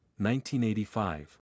1985